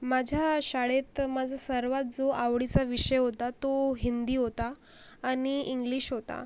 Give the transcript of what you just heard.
माझ्या शाळेत माझा सर्वात जो आवडीचा विषय होता तो हिंदी होता आणि इंग्लिश होता